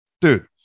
Dude